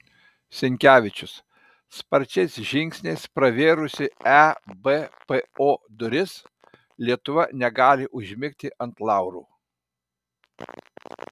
sinkevičius sparčiais žingsniais pravėrusi ebpo duris lietuva negali užmigti ant laurų